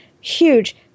huge